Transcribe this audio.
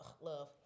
love